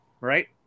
right